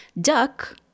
Duck